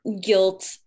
guilt